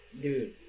dude